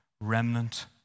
remnant